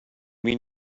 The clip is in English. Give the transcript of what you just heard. mean